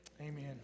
amen